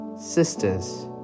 sisters